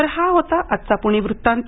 तर हा होता आजचा पुणे वृत्तांत